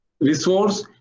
resource